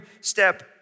step